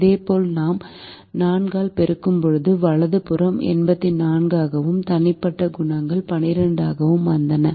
இதேபோல் நாம் 4 ஆல் பெருக்கும்போது வலது புறம் 84 ஆகவும் தனிப்பட்ட குணகங்கள் 12 ஆகவும் வந்தன